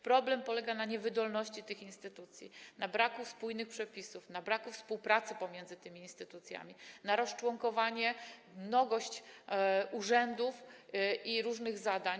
Problem polega na niewydolności tych instytucji, na braku spójnych przepisów, na braku współpracy pomiędzy tymi instytucjami, na rozczłonkowaniu, mnogości urzędów i różnych zadań.